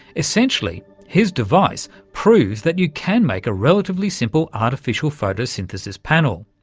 essentially his device proves that you can make a relatively simple artificial photosynthesis panel,